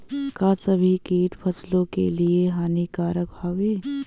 का सभी कीट फसलों के लिए हानिकारक हवें?